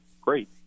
great